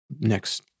next